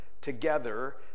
together